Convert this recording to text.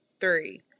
Three